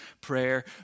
prayer